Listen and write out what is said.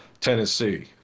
Tennessee